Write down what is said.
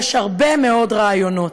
יש הרבה מאוד רעיונות.